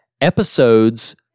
Episodes